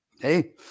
Hey